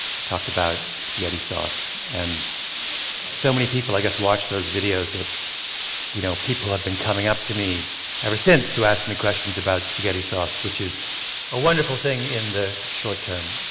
i talked about spaghetti sauce. and so many people, i guess, watch those videos. you know people have been coming up to me ever since to ask me questions about spaghetti sauce, which is a wonderful thing in the short term